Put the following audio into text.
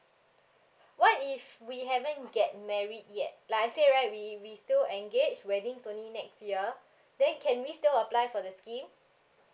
what if we haven't get married yet like I say right we we still engage weddings only next year then can we still apply for the scheme